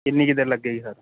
ਕਿੰਨੀ ਕ ਦੇਰ ਲੱਗੇਗੀ ਸਰ